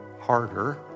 harder